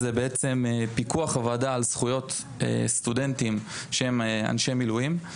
פיקוח הוועדה על זכויות סטודנטים שהם אנשי מילואים.